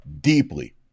deeply